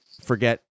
forget